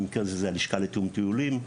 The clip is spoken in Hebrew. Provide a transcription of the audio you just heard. במקרה הזה הלשכה לתיאום טיולים,